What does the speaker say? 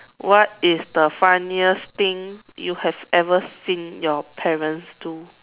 what is the funniest thing you have ever seen your parents do